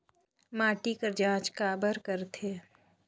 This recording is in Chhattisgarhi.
माटी कर जांच काबर करथे?